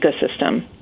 ecosystem